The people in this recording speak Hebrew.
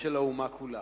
של האומה כולה.